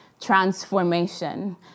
transformation